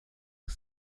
que